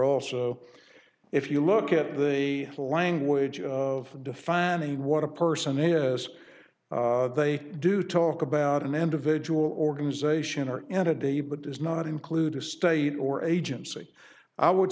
also if you look at the a language of defining what a person is they do talk about an individual or organization or entity but does not include a state or agency i would